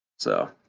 so